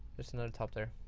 there's another top there.